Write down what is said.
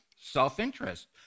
self-interest